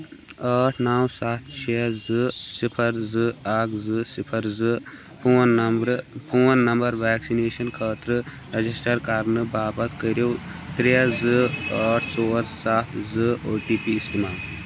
ٲٹھ نو سَتھ شےٚ زٕ صِفر زٕ اکھ زٕ صِفر زٕ فون نمبرٕ فون نَمبر ویکسِنیشن خٲطرٕ رجسٹر کرنہٕ باپتھ کٔرِو ترٛےٚ زٕ ٲٹھ ژور سَتھ زٕ او ٹی پی اِستعمال